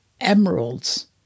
emeralds